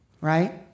right